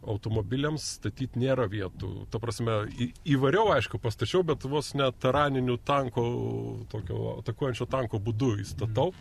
automobiliams statyt nėra vietų ta prasme įvariau aišku pastačiau bet vos ne taraniniu tanko tokiu atakuojančio tanko būdu įstatau